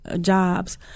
Jobs